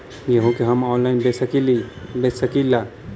गेहूँ के हम ऑनलाइन बेंच सकी ला?